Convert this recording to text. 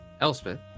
Elspeth